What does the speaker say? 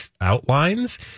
outlines